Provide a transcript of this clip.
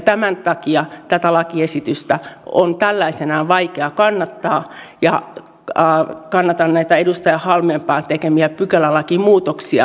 tämän takia lakiesitystä on tällaisenaan vaikea kannattaa ja kannatan edustaja halmeenpään tekemiä pykälälakimuutoksia